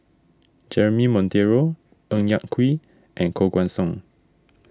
Jeremy Monteiro Ng Yak Whee and Koh Guan Song